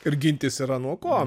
ir gintis yra nuo ko